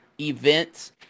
events